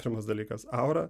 pirmas dalykas aura